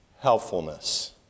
Helpfulness